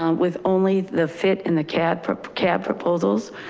um with only the fit and the cad pro cab proposals,